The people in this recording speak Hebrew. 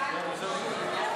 להעביר